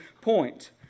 point